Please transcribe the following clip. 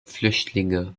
flüchtlinge